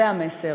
זה המסר: